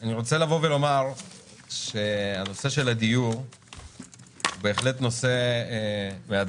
אני רוצה לבוא ולומר שהנושא של הדיור הוא בהחלט נושא מאתגר